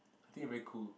think you very cool